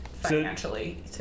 financially